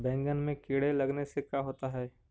बैंगन में कीड़े लगने से का होता है?